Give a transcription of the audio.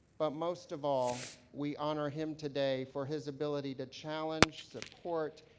but most of all, we honor him today for his ability to challenge, support,